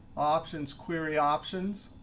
options, query options,